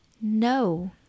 No